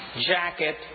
jacket